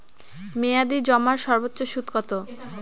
মেয়াদি জমার সর্বোচ্চ সুদ কতো?